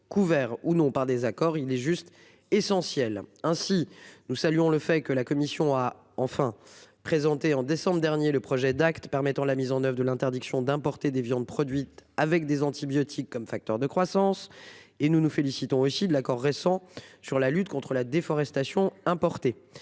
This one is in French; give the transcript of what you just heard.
couverts ou non par désaccord il est juste. Essentiel ainsi. Nous saluons le fait que la commission a enfin présenté en décembre dernier, le projet d'actes permettant la mise en oeuvre de l'interdiction d'importer des viandes produites avec des antibiotiques comme facteur de croissance et nous nous félicitons aussi de l'accord récent sur la lutte contre la déforestation importée,